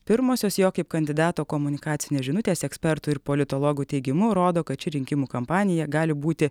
pirmosios jo kaip kandidato komunikacinės žinutės ekspertų ir politologų teigimu rodo kad ši rinkimų kampanija gali būti